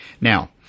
Now